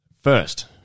first